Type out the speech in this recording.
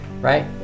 right